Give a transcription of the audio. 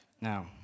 Now